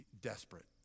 desperate